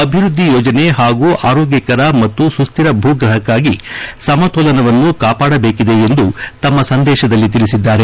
ಅಭಿವೃದ್ದಿ ಯೋಜನೆ ಹಾಗೂ ಆರೋಗ್ಯಕರ ಮತ್ತು ಸುಸ್ಟಿರ ಭೂ ಗ್ರಹಕ್ಕಾಗಿ ಸಮತೋಲನವನ್ನು ಕಾಪಾಡಬೇಕಿದೆ ಎಂದು ತಮ್ಮ ಸಂದೇಶದಲ್ಲಿ ತಿಳಿಸಿದ್ದಾರೆ